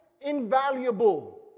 Invaluable